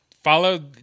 follow